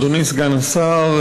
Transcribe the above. אדוני סגן השר,